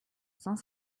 cent